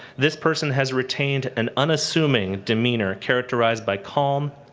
this person has retained an unassuming demeanor characterized by calm,